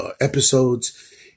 episodes